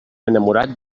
enamorat